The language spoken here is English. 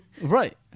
Right